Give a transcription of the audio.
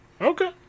Okay